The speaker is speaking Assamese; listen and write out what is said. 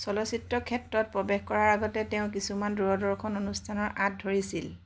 চলচ্চিত্ৰ ক্ষেত্ৰত প্ৰৱেশ কৰাৰ আগতে তেওঁ কিছুমান দূৰদৰ্শন অনুষ্ঠানৰ আঁত ধৰিছিল